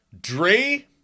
Dre